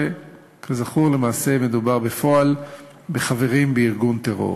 שכזכור למעשה מדובר בפועל בחברים בארגון טרור.